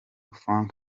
frank